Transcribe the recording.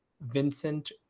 Vincent